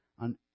on